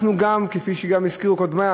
כפי שגם הזכירו קודמי,